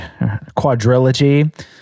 quadrilogy